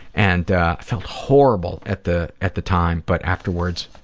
and i felt horrible at the at the time, but afterwards,